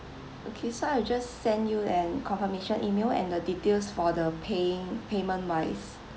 okay so I've just send you an confirmation email and the details for the paying payment wise